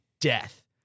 death